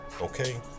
Okay